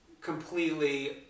completely